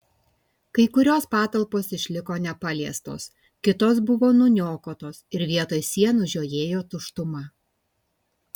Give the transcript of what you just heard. kai kurios patalpos išliko nepaliestos kitos buvo nuniokotos ir vietoj sienų žiojėjo tuštuma